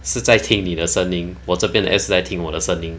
是在听你的声音我这边是在听我的声音